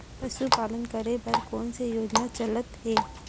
पशुपालन करे बर कोन से योजना चलत हे?